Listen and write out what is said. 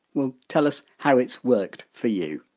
well tell us how it's worked for you